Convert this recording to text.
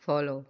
follow